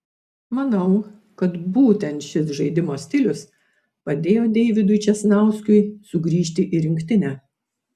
manau kad būtent šis žaidimo stilius padėjo deividui česnauskiui sugrįžti į rinktinę